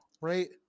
right